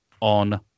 on